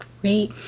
Great